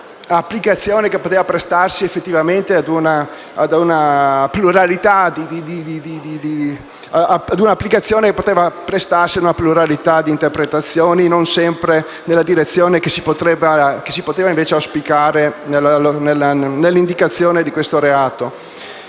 un'applicazione che poteva effettivamente prestarsi a una pluralità di interpretazioni non sempre nella direzione che si poteva invece auspicare nell'indicazione di questo reato.